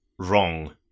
wrong